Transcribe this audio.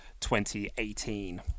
2018